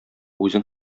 үзең